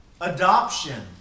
adoption